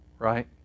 right